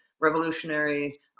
revolutionary